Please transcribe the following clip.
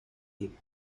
geben